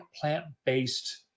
plant-based